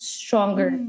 stronger